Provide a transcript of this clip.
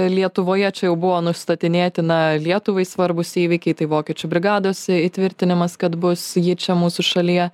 lietuvoje čia jau buvo nustatinėti na lietuvai svarbūs įvykiai tai vokiečių brigados įtvirtinimas kad bus ji čia mūsų šalyje